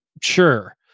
sure